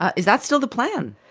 is that still the plan?